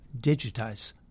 digitize